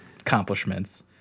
accomplishments